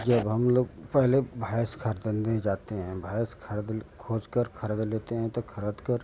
जब हम लोग पहले भैंस ख़रीदने जाते हैं भैंस ख़रीदने खोज कर ख़रीद लेते हैं तो ख़रीद कर